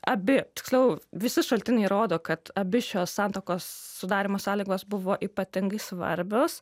abi tiksliau visi šaltiniai rodo kad abi šios santuokos sudarymo sąlygos buvo ypatingai svarbios